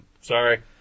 Sorry